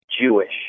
Jewish